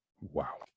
Wow